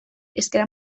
hizkera